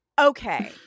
Okay